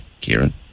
Kieran